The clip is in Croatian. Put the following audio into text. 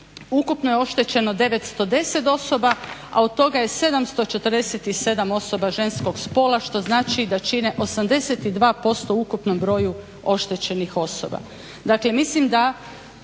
ukupno je oštećeno 910 osoba, a od toga je 747 osoba ženskog spola što znači da čine 82% u ukupnom broju oštećenih osoba.